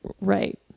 right